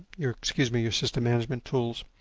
your, excuse me, your system management tools.